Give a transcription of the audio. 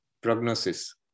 prognosis